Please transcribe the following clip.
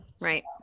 Right